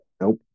Nope